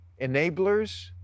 enablers